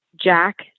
Jack